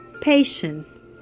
patience